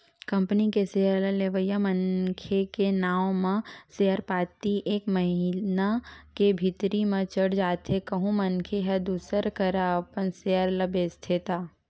company के share ल लेवइया मनखे के नांव म सेयर पाती एक महिना के भीतरी म चढ़ जाथे कहूं मनखे ह दूसर करा अपन सेयर ल बेंचथे त